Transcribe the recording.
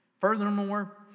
Furthermore